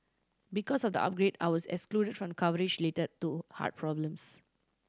because of the upgrade I was excluded from coverage related to heart problems